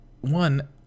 one